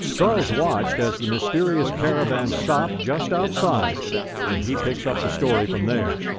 charles watched as the mysterious caravan stopped just outside and he picks up the story from there.